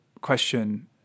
question